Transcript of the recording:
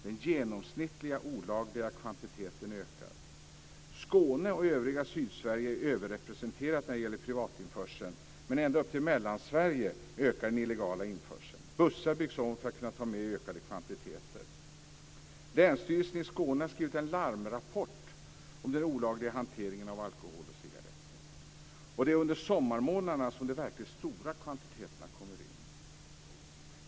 Den genomsnittliga olagliga kvantiteten ökar. Skåne och övriga Sydsverige är överrepresenterat när det gäller privatinförseln, men ända upp till Mellansverige ökar den illegala införseln. Bussar byggs om för att kunna ta med ökade kvantiteter. Länsstyrelsen i Skåne har skrivit en larmrapport om den olagliga hanteringen av alkohol och cigaretter. Och det är under sommarmånaderna som de verkligt stora kvantiteterna kommer in.